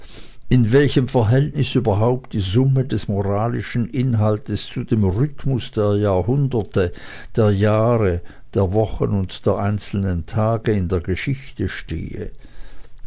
in welchem verhältnisse überhaupt die summe des moralischen inhaltes zu dem rhythmus der jahrhunderte der jahre der wochen und der einzelnen tage in der geschichte stehe